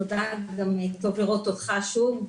תודה, טוב לראות אותך שוב.